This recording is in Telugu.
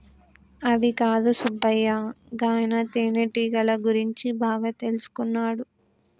అదికాదు సుబ్బయ్య గాయన తేనెటీగల గురించి బాగా తెల్సుకున్నాడు